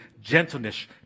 gentleness